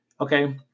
Okay